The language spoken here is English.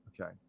Okay